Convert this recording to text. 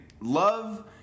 love